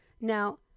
now